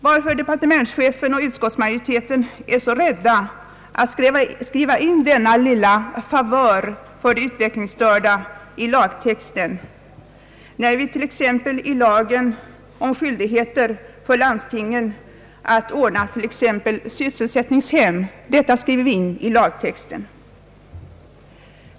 Varför är departementschefen och utskottsmajoriteten så rädda att skriva in denna lilla favör för de utvecklingsstörda i lagtexten, när vi t.ex. i lagen om skyldigheter för landstingen att ordna sysselsättningshem skriver in detta i lagtexten?